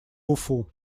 уфу